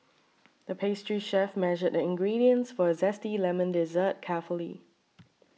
the pastry chef measured the ingredients for a Zesty Lemon Dessert carefully